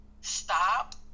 stop